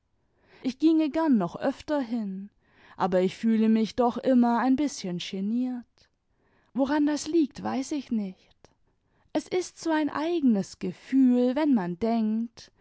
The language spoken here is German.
ich ginge gern noch öfter hin aber ich fühle mich doch immer ein bißchen geniert woran das liegt weiß ich nicht es ist so ein eigenes gefühl wenn man denkt